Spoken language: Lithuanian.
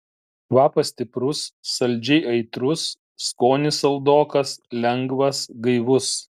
kvapas stiprus saldžiai aitrus skonis saldokas lengvas gaivus